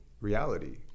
reality